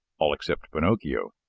all except pinocchio.